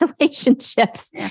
relationships